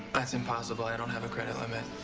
that's impossible. i don't have a credit limit.